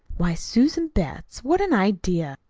why, susan betts, what an idea!